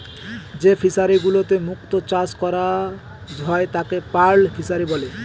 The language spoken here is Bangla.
যে ফিশারিগুলোতে মুক্ত চাষ করা হয় তাকে পার্ল ফিসারী বলে